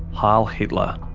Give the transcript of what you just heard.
heil hitler.